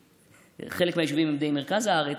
חלק מהיישובים הם די במרכז הארץ,